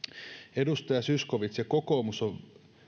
edustaja zyskowiczin ja kokoomuksen